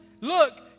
Look